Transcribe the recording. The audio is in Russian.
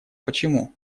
почему